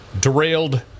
derailed